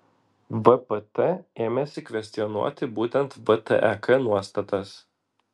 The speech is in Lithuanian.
vpt ėmėsi kvestionuoti būtent vtek nuostatas